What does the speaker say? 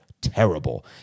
terrible